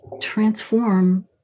transform